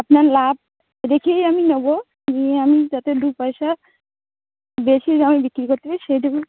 আপনার লাভ রেখেই আমি নেবো নিয়ে আমি যাতে দু পয়সা বেশি দামে বিক্রি করতে পারি সেটুকুই